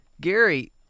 Gary